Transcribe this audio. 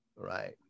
right